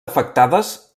afectades